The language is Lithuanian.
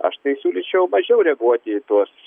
aš tai siūlyčiau mažiau reaguoti į tuos